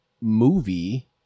movie